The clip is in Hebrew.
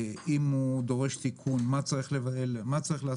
אם הוא דורש תיקון, מה צריך לעשות,